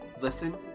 Listen